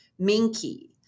Minky